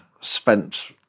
spent